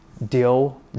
Deal